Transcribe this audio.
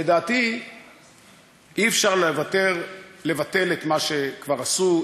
לדעתי אי-אפשר לבטל את מה שכבר עשו,